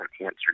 answer